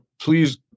please